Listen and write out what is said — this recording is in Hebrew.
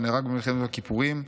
שנהרג במלחמת יום הכיפורים,